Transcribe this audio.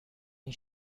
این